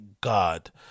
god